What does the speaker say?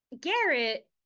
Garrett